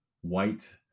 white